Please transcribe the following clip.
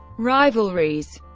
rivalries